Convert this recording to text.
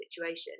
situation